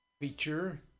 feature